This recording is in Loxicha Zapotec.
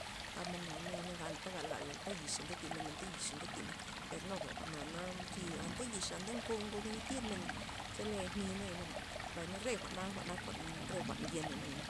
Gab men naya na ganta gal gala anta yixa nke tymen anta yixa nke timen per nuga jwa'na na zi anta yix anta ngo bi tirmena chele mi'nayana bay, mbay na re jwa'na nak jwa'n re jwa'n yen naya na.